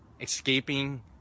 escaping